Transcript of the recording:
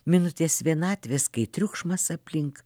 minutės vienatvės kai triukšmas aplink